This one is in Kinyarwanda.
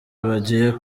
bagiye